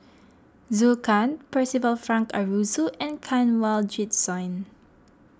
Zhou Can Percival Frank Aroozoo and Kanwaljit Soin